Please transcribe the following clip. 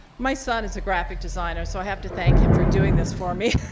my son is a graphic designer so i have to thank him for doing this for me.